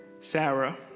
Sarah